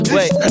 Wait